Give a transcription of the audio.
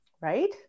Right